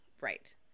Right